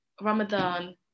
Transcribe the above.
Ramadan